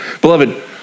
Beloved